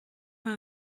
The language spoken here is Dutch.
een